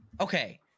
okay